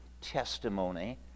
testimony